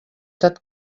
tot